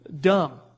dumb